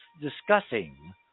discussing